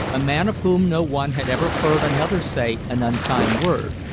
a man of whom no one had ever heard another say an unkind word,